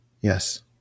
yes